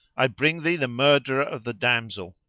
i bring thee the murderer of the damsel!